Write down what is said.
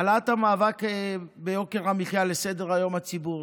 העלאת המאבק ביוקר המחיה לסדר-היום הציבורי,